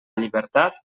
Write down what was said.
llibertat